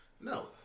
No